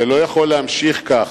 זה לא יכול להימשך כך,